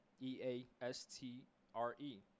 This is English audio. E-A-S-T-R-E